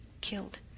killed